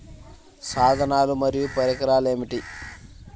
సాధనాలు మరియు పరికరాలు ఏమిటీ?